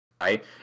Right